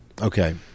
Okay